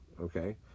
Okay